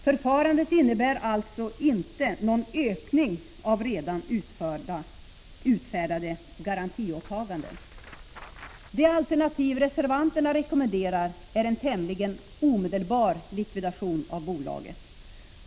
Förfarandet innebär alltså inte någon ökning av redan utfärdade garantiåtaganden. Det alternativ reservanterna rekommenderar är en tämligen omedelbar likvidation av bolaget.